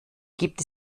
gibt